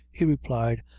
he replied,